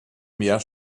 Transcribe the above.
mehr